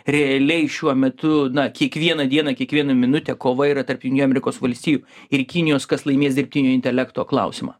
realiai šiuo metu na kiekvieną dieną kiekvieną minutę kova yra tarp jungtinių amerikos valstijų ir kinijos kas laimės dirbtinio intelekto klausimą